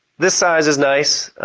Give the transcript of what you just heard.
this size is nice,